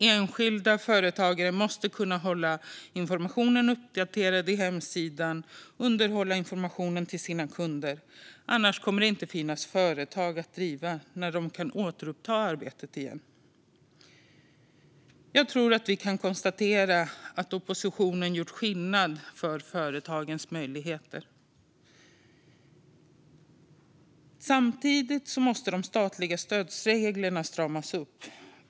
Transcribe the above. Enskilda företagare måste kunna hålla informationen uppdaterad på hemsidan och underhålla informationen till sina kunder. Annars kommer det inte att finnas några företag att driva när arbetet kan återupptas igen. Jag tror att vi kan konstatera att oppositionen har gjort skillnad för företagens möjligheter. Samtidigt måste statsstödsreglerna stramas upp.